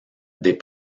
des